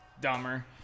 Dumber